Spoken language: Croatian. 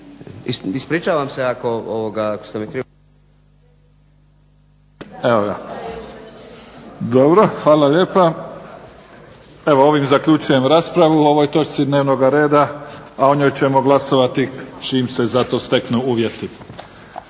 razumjeli. **Mimica, Neven (SDP)** Dobro. Hvala lijepa. Ovim zaključujem raspravu o ovoj točci dnevnog reda, a o njoj ćemo glasovati čim se za to steknu uvjeti.